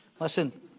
Listen